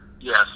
Yes